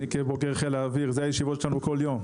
וכבוגר חיל האוויר אלה הישיבות שלנו כל יום.